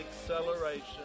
acceleration